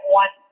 one